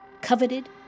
coveted